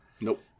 Nope